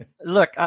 Look